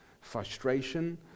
frustration